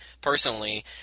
personally